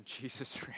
Jesus